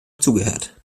zugehört